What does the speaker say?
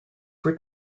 were